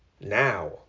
now